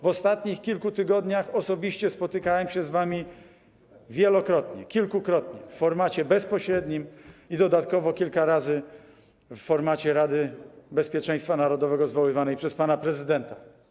W ostatnich kilku tygodniach osobiście spotykałem się z wami wielokrotnie, kilkukrotnie w formacie bezpośrednim, i dodatkowo kilka razy w formacie Rady Bezpieczeństwa Narodowego zwoływanej przez pana prezydenta.